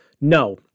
No